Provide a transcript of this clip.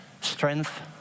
strength